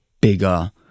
bigger